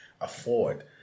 afford